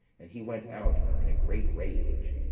and he went out in a great rage.